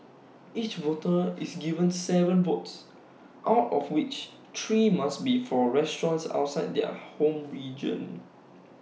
each voter is given Seven votes out of which three must be for restaurants outside their home region